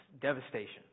devastation